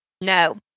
No